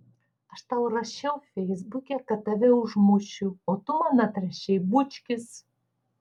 aš tau rašiau feisbuke kad tave užmušiu o tu man atrašei bučkis